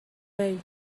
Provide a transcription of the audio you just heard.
weight